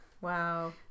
wow